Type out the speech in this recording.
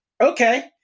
okay